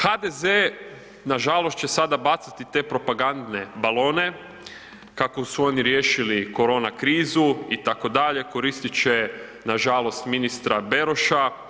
HDZ nažalost će sada bacati te propagandne balone, kako su oni riješili korona krizu, itd., koristit će nažalost ministra Beroša.